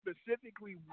specifically